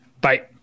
Bye